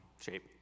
shape